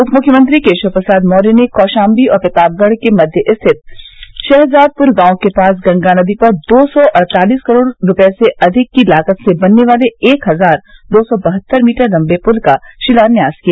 उपमुख्यमंत्री केशव प्रसाद मौर्य ने कौशाम्बी और प्रतापगढ़ के मध्य स्थित शहजादपुर गांव के पास गंगा नदी पर दो सौ अड़तालीस करोड़ से अधिक रूपये की लागत से बनने वाले एक हजार दो सौ बहत्तर मीटर लम्बे पुल का शिलान्यास किया